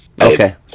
Okay